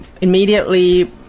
immediately